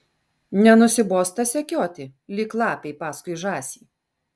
nenusibosta sekioti lyg lapei paskui žąsį